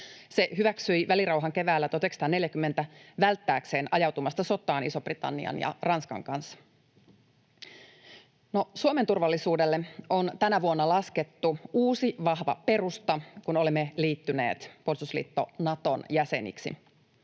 Se hyväksyi välirauhan keväällä 1940 välttääkseen ajautumasta sotaan Ison-Britannian ja Ranskan kanssa. No, Suomen turvallisuudelle on tänä vuonna laskettu uusi, vahva perusta, kun olemme liittyneet puolustusliitto Naton jäseniksi.